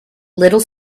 little